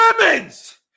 women's